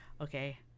okay